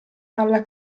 alla